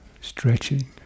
stretching